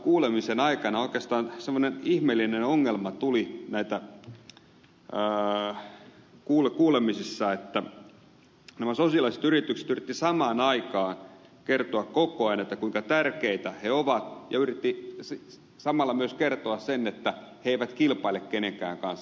valiokuntakuulemisen aikana tuli oikeastaan semmoinen ihmeellinen ongelma esille että nämä sosiaaliset yritykset yrittivät samaan aikaan kertoa koko ajan kuinka tärkeitä ne ovat mutta samalla yrittivät myös kertoa sen että ne eivät kilpaile kenenkään kanssa